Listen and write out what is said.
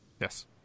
yes